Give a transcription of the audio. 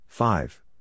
Five